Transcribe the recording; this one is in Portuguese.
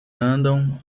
andam